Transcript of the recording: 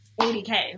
80K